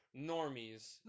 normies